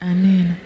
Amen